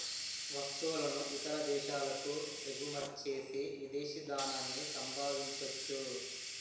వస్తువులను ఇతర దేశాలకు ఎగుమచ్చేసి విదేశీ ధనాన్ని సంపాదించొచ్చు